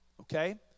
Okay